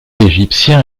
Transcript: égyptien